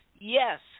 yes